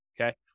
okay